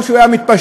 או שהוא היה מתפשר,